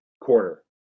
quarter